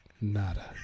Nada